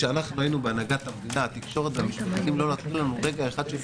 כשאנחנו היינו בהנהגת המדינה התקשורת והמשפטנים לא נתנו לנו רגע אחד.